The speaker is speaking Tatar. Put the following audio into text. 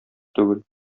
түгел